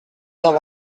saint